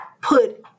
put